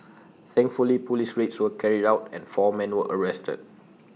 thankfully Police raids were carried out and four men were arrested